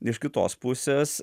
iš kitos pusės